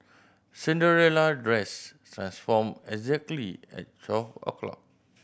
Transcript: Cinderella dress transformed exactly at twelve o'clock